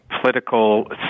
political